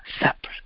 separate